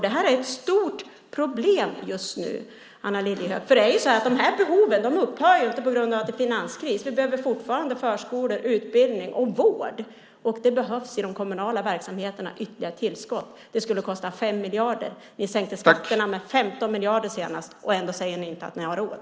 Det här är ett stort problem just nu, för de här behoven upphör inte på grund av att det är finanskris. Vi behöver fortfarande förskolor, utbildning och vård. De kommunala verksamheterna behöver ytterligare tillskott. Det skulle kosta 5 miljarder. Ni sänkte skatterna med 15 miljarder senast, och ändå säger ni att ni inte har råd.